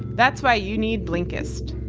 that's why you need blinkist.